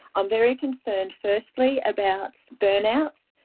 i'm very concerned firstly about burnout,